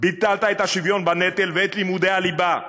ביטלת את השוויון בנטל ואת לימודי הליבה,